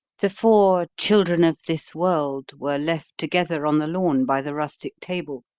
the four children of this world were left together on the lawn by the rustic table,